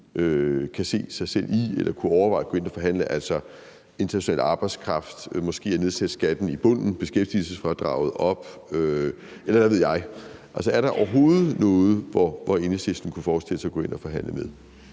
kan se sig selv i eller kunne overveje at gå ind og forhandle om. Det kunne være international arbejdskraft, måske at nedsætte skatten i bunden, sætte beskæftigelsesfradraget op, eller hvad ved jeg. Altså, er der overhovedet noget, Enhedslisten kunne forestille sig at gå ind og forhandle om?